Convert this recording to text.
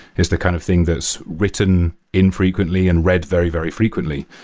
is the kind of thing that's written infrequently and read very, very frequently.